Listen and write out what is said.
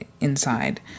inside